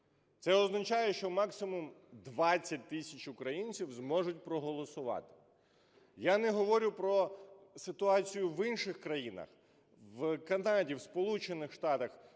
Це означає, що максимум 20 тисяч українців зможуть проголосувати. Я не говорю про ситуацію в інших країнах. В Канаді, в